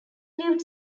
lived